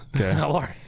Okay